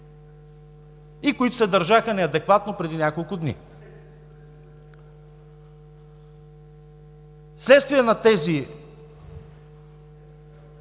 и които се държаха неадекватно преди няколко дни. Вследствие на тези